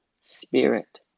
spirit